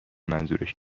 منظورش